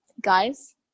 Guys